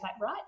right